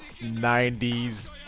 90s